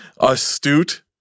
astute